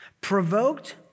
provoked